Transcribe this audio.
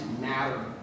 matter